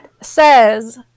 says